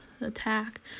attack